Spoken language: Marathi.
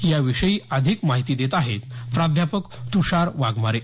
या विषयी अधिक माहिती देत आहेत प्राध्यापक तुषार वाघमारे